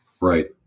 Right